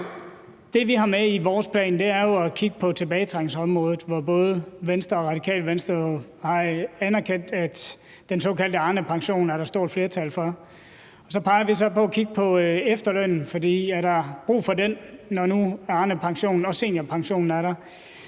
Det, vi har med i vores plan, er jo at kigge på tilbagetrækningsområdet, hvor både Venstre og Radikale Venstre jo har anerkendt, at den såkaldte Arnepension er der er stort flertal for. Så peger vi på at kigge på efterlønnen, for er der brug for den, når nu Arnepensionen og seniorpensionen er der?